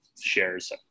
shares